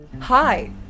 Hi